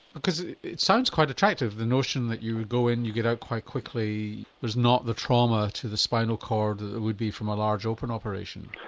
because it sounds quite attractive, the notion that you would go in, you get out quite quickly, there's not the trauma to the spinal cord that there would be from a large open operation.